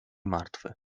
martwy